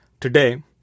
today